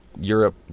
Europe